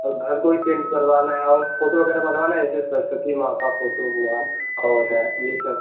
और घर को भी पेंट करवाना है और फोटो वगैरह बनवाना है जैसे सरस्वती माँ का फोटो हुआ और है ये सब